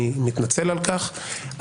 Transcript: אני מתנצל על כך.